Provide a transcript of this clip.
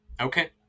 Okay